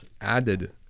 added